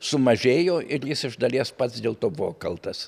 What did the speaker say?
sumažėjo ir jis iš dalies pats dėl to buvo kaltas